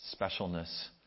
specialness